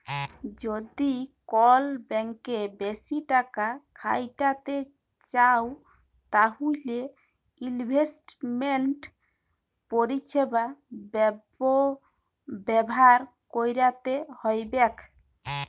যদি কল ব্যাংকে বেশি টাকা খ্যাটাইতে চাউ তাইলে ইলভেস্টমেল্ট পরিছেবা ব্যাভার ক্যইরতে হ্যবেক